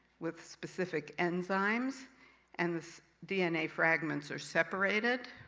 with specific enzymes and the dna fragments are separated.